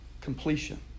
Completion